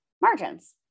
margins